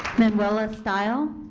manuela syle,